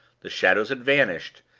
the shadows had vanished,